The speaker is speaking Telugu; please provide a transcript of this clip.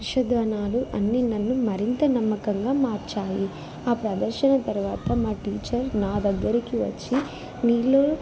షుదనాలు అన్ని నన్ను మరింత నమ్మకంగా మార్చాయి ఆ ప్రదర్శన తర్వాత మా టీచర్ నా దగ్గరికి వచ్చి నీలో